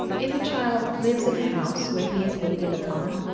if a child lives in a house where he is waited upon,